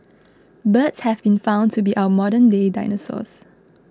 birds have been found to be our modernday dinosaurs